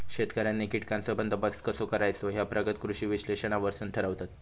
शेतकऱ्यांनी कीटकांचो बंदोबस्त कसो करायचो ह्या प्रगत कृषी विश्लेषणावरसून ठरवतत